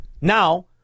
Now